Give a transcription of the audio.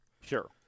Sure